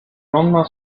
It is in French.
lendemain